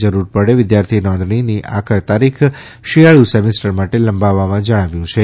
જરૂર પડે વિદ્યાર્થી નોંધણીની આખર તારીખ શિયાળુ સેમેસ્ટર માટે લંબાવવા જણાવ્યું છે